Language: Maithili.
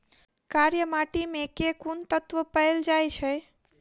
कार्य माटि मे केँ कुन तत्व पैल जाय छै?